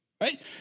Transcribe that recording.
Right